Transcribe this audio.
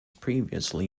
previously